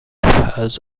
has